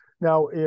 Now